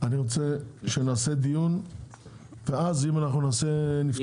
אני רוצה שנקיים דיון ואז אם נפתח,